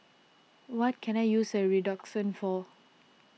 what can I use Redoxon for